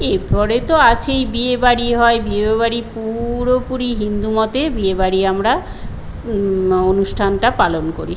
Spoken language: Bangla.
এর পরে তো আছেই বিয়েবাড়ি হয় বিয়েবাড়ি পুরোপুরি হিন্দু মতে বিয়েবাড়ি আমরা অনুষ্ঠানটা পালন করি